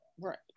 Right